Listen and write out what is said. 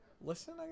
listen